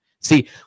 See